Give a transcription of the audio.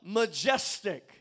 majestic